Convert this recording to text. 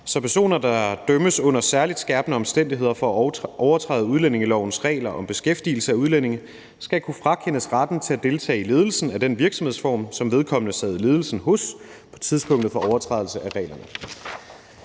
så personer, der dømmes under særligt skærpende omstændigheder for at overtræde udlændingelovens regler om beskæftigelse af udlændinge, skal kunne frakendes retten til at deltage i ledelsen af den virksomhedsform, som vedkommende sad i ledelsen hos på tidspunktet for overtrædelse af reglerne.